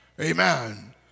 Amen